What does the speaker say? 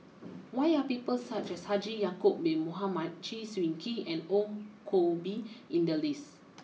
why are people such as Haji Ya Acob Bin Mohamed Chew Swee Kee and Ong Koh Bee in the list